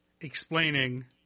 explaining